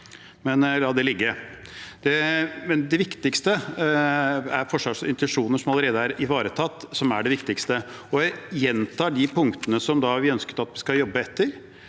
la det ligge. Det viktigste er Forsvarets intensjoner, som allerede er ivaretatt. Jeg gjentar de punktene som vi ønsker at vi skal jobbe etter.